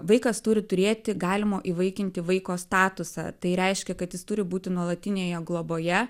vaikas turi turėti galimo įvaikinti vaiko statusą tai reiškia kad jis turi būti nuolatinėje globoje